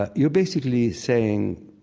ah you're basically saying,